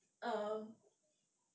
um